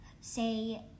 say